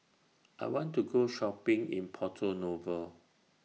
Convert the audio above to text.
I want to Go Shopping in Porto Novo